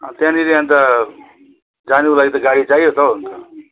त्यहाँनिर अनि त जानुको लागि त गाडी चाहियो त हौ अनि त